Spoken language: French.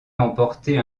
emporter